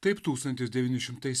taip tūkstantis devyni šimtais